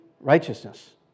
righteousness